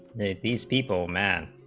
these people mad